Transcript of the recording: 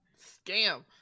Scam